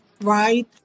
Right